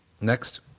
Next